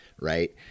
right